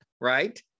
right